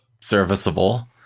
serviceable